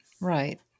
right